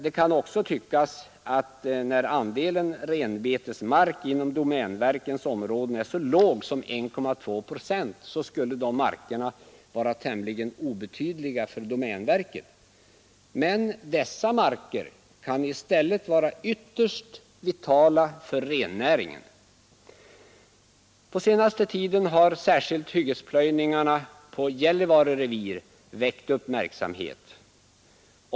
Det kan också tyckas att när andelen renbetesmark inom domänverkets områden är så låg som 1,2 procent skulle de markerna vara tämligen obetydliga för domänverket. Men dessa marker kan i stället vara ytterst vitala för rennäringen. På senaste tiden har särskilt hyggesplöjningarna inom Gällivare revir väckt uppmärksamhet.